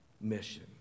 mission